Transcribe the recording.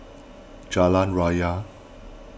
Jalan Raya